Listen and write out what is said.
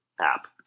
app